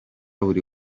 buli